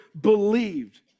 believed